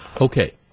Okay